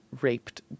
raped